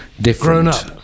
different